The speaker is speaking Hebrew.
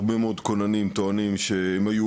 הרבה מאוד כוננים טוענים שהם היו